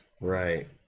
Right